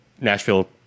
nashville